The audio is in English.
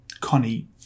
Connie